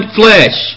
flesh